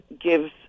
gives